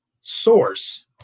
source